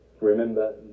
Remember